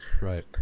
Right